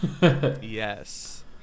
yes